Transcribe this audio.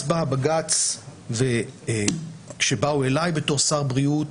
אז בא הבג"ץ וכשבאו אלי בתור שר בריאות